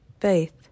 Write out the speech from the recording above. faith